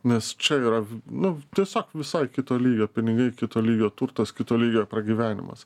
nes čia yra nu tiesiog visai kito lygio pinigai kito lygio turtas kito lygio pragyvenimas